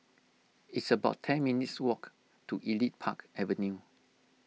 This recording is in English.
it's about ten minutes' walk to Elite Park Avenue